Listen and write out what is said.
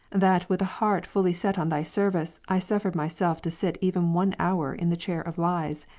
that with a heart fully set on thy service, i suffered myself to sit even one hour in the chair of lies.